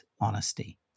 honesty